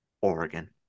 Oregon